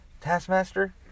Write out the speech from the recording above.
Taskmaster